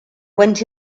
went